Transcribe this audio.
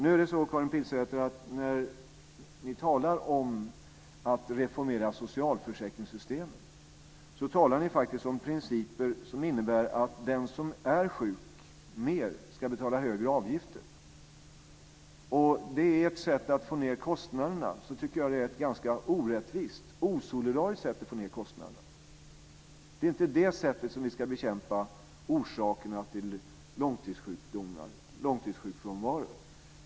Nu är det så, Karin Pilsäter, att när ni talar om att reformera socialförsäkringssystemen talar ni faktiskt om principer som innebär att den som är sjuk mer ska betala högre avgifter. Om det är ert sätt att få ned kostnaderna tycker jag att det är ett ganska orättvist, osolidariskt, sätt att få ned kostnaderna på. Det är inte det sättet som vi ska bekämpa orsakerna till långtidssjukfrånvaron på.